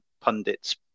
pundits